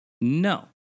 No